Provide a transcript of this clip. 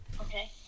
Okay